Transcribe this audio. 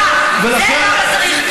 בבקשה, זה למה צריך את חוק הלאום.